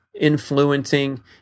influencing